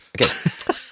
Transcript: Okay